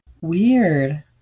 weird